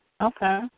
Okay